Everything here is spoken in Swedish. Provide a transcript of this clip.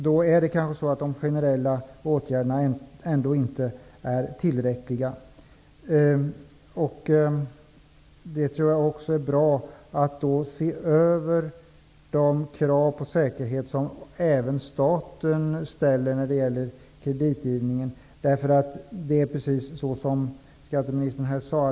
De generella åtgärderna är kanske ändå inte tillräckliga. Det vore bra om man såg över de krav på säkerhet som även staten ställer när det gäller kreditgivning.